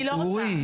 אורי,